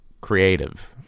creative